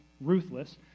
ruthless